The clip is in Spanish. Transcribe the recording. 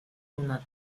una